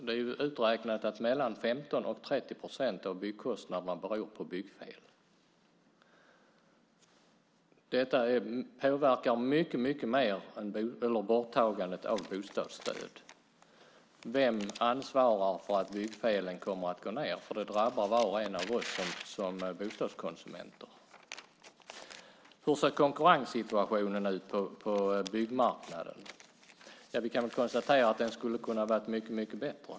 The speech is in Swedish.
Det är ju uträknat att mellan 15 procent och 30 procent av byggkostnaderna beror på byggfel. Detta påverkar mycket mer än borttagandet av bostadsstöd. Vem ansvarar för att byggfelen kommer att gå ned? De drabbar ju var och en av oss som bostadskonsumenter. Hur ser konkurrenssituationen ut på byggmarknaden? Vi kan väl konstatera att den kunde vara mycket bättre.